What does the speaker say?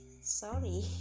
sorry